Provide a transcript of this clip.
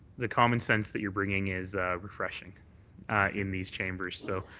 the common sense that you're bringing is refreshing in these chambers. so